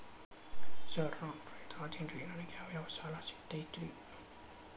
Sir ನಾನು ರೈತ ಅದೆನ್ರಿ ನನಗ ಯಾವ್ ಯಾವ್ ಸಾಲಾ ಸಿಗ್ತೈತ್ರಿ?